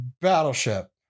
Battleship